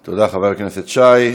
תודה, חבר הכנסת שי.